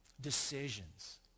decisions